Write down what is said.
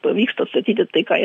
pavyks atstatyti tai ką jie